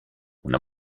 una